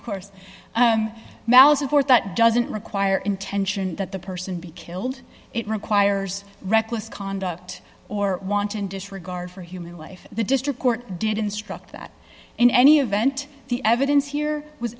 no course malice aforethought doesn't require intention that the person be killed it requires reckless conduct or wanton disregard for human life the district court did instruct that in any event the evidence here was